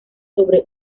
sobre